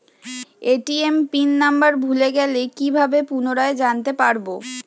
ATM pin number ভুলে গেলে কি ভাবে পুনরায় জানতে পারবো?